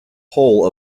hole